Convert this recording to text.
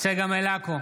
צגה מלקו,